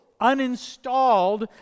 uninstalled